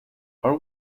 are